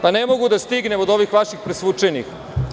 Pa, ne mogu da stignem od ovih vaših presvučenih.